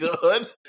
good